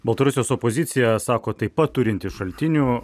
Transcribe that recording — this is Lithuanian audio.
baltarusijos opozicija sako taip pat turinti šaltinių